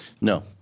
No